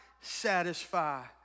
satisfy